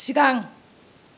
सिगां